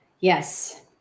Yes